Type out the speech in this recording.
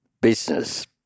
business